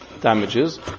damages